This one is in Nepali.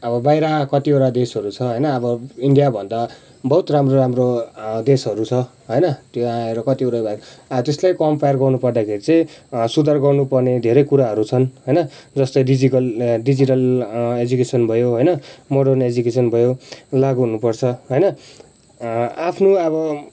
अब बाहिर कतिवटा देशहरू छ होइन अब इन्डियाभन्दा बहुत राम्रो राम्रो देशहरू छ होइन त्यहाँ आएर कतिवटा भयो त्यसलाई कम्पेयर गर्नु पर्दा चाहिँ सुधार गर्नु पर्ने धेरै कुराहरू छन् होइन जस्तै डिजिकल् डिजिटल एजुकेसन् भयो होइन मोडन एजुकेसन् भयो लागू हुनु पर्छ होइन आफ्नो अब